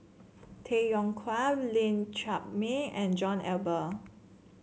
Tay Yong Kwang Lee Chiaw Meng and John Eber